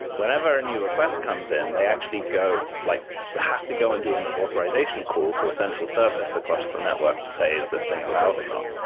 whenever a new request comes in, they actually like have to go into an authorization call to a central service across the network to say, is this thing allowed or not?